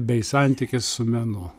bei santykis su menu